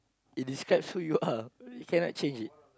it describes who you are you cannot change it